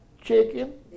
chicken